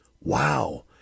wow